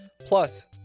plus